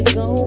go